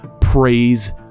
praise